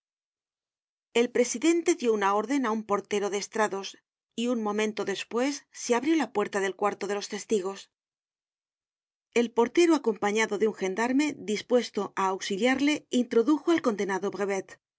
el prieidente dió una órden á un portero de estrados y un momento despues se abrió la puerta del cuarto de los testigos el portero acompañado de un gendarme dispuesto á auxiliarle introdujo al condenado brevet